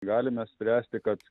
galime spręsti kad